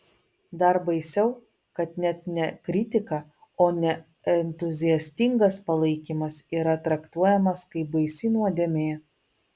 dar baisiau kad net ne kritika o neentuziastingas palaikymas yra traktuojamas kaip baisi nuodėmė